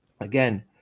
Again